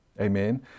amen